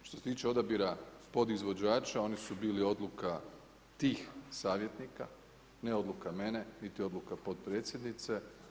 Što se tiče odabira podizvođača oni su bili odluka tih savjetnika, ne odluka mene niti odluka potpredsjednice.